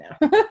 now